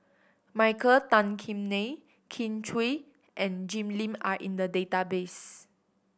Michael Tan Kim Nei Kin Chui and Jim Lim are in the database